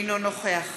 אינו נוכח